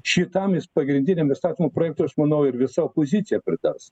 šitamis pagrindinėmis įstatymo projekto aš manau ir visa opozicija pritars